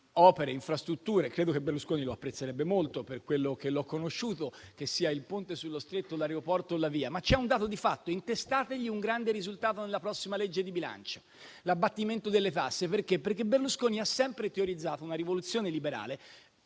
opere e infrastrutture. Credo che Berlusconi lo apprezzerebbe molto per quello che l'ho conosciuto, che sia il Ponte sullo Stretto, un aeroporto o una via. C'è però un dato di fatto: intestategli un grande risultato nella prossima legge di bilancio, ossia l'abbattimento delle tasse. Berlusconi ha sempre teorizzato una rivoluzione liberale,